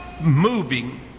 moving